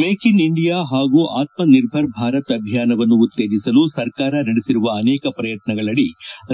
make in India ಹಾಗೂ ಆತ್ಮ ನಿರ್ಭರ್ ಭಾರತ್ ಅಭಿಯಾನವನ್ನು ಉತ್ತೇಜಿಸಲು ಸರ್ಕಾರ ನಡೆಸಿರುವ ಅನೇಕ ಪ್ರಯತ್ನಗಳಡಿ